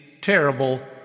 terrible